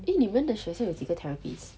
eh 你们的学校有几个 therapist